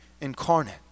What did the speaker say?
incarnate